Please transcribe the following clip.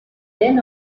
then